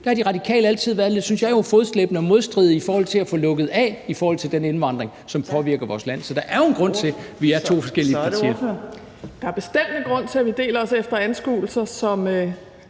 Der har De Radikale altid været lidt, synes jeg jo, fodslæbende og modvillige i forhold til at få lukket af for den indvandring, som påvirker vores land. Så der er jo en grund til, at vi er to forskellige partier. Kl. 14:41 Fjerde næstformand (Trine Torp):